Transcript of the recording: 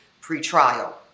pre-trial